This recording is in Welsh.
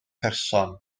person